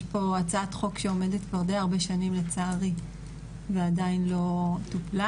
פה הצעת חוק שעומדת כבר די הרבה שנים לצערי ועדיין לא טופלה,